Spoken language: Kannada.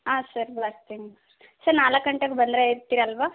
ಹಾಂ ಸರ್ ಬರ್ತೀನಿ ಸರ್ ನಾಲ್ಕು ಗಂಟೆಗೆ ಬಂದರೆ ಇರ್ತೀರಲ್ವಾ